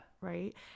Right